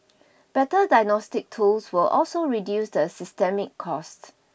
better diagnostic tools will also reduce the systemic costs